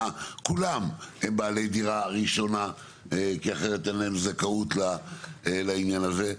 כולם הם בעלי דירה ראשונה כי אחרת אין להם זכאות לעניין הזה.